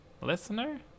listener